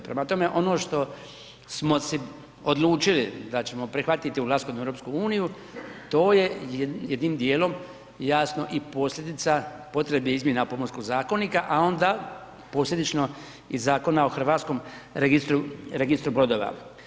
Prema tome, ono što smo si odlučili prihvatiti ulaskom u EU to je jedinim dijelom jasno i posljedica potrebe izmjena Pomorskog zakonika, a onda posljedično i Zakona o Hrvatskom registru brodova.